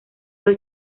del